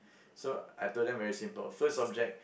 so I told them very simple first object